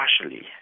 partially